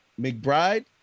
McBride